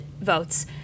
votes